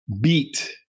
beat